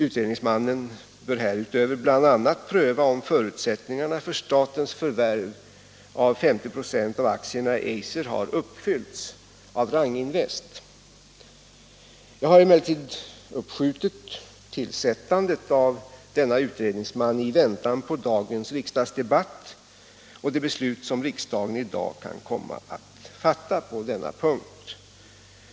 Utredningsmannen bör härutöver bl.a. pröva om förut — Regionalpolitiskt sättningarna för statens förvärv av aktierna i Eiser har uppfyllts av Rang = stöd till Algots Invest. Nord AB och AB Jag har emellertid uppskjutit tillsättandet av denna utredningsman i Eiser väntan på dagens riksdagsdebatt och det beslut som riksdagen i dag kan Re komma att fatta på denna punkt.